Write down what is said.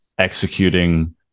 executing